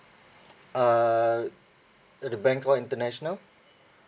err are the bank all international